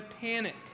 panic